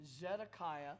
Zedekiah